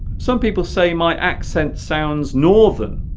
some people say my accent sounds northern